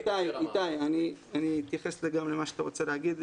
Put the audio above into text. איתי, אני אתייחס גם למה שאתה רוצה לומר.